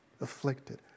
afflicted